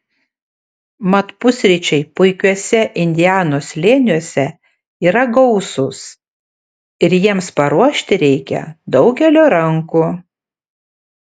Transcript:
mat pusryčiai puikiuose indianos slėniuose yra gausūs ir jiems paruošti reikia daugelio rankų